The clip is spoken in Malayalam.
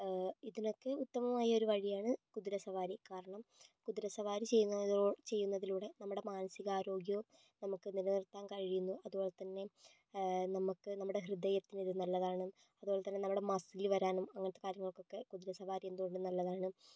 ഇതിനൊക്കെ ഉത്തമമായ ഒരു വഴിയാണ് കുതിരസവാരി കാരണം കുതിരസവാരി ചെയ്യുന്നതോ ചെയ്യുന്നതിലൂടെ നമ്മുടെ മാനസികാരോഗ്യം നമുക്ക് നിലനിർത്താൻ കഴിയുന്നു അതുപോലെതന്നെ നമുക്ക് നമ്മുടെ ഹൃദയത്തിത് നല്ലതാണ് അതുപോലെതന്നെ നമ്മുടെ മസിൽ വരാനും അങ്ങനത്തെ കാര്യങ്ങൾക്കൊക്കെ കുതിരസവാരി എന്ത് കൊണ്ടും നല്ലതാണ്